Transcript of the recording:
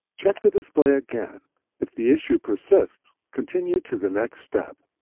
check the display again. if the issue persists, continue to the next step.